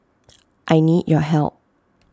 I need your help